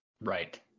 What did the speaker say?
Right